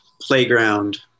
playground